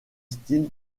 style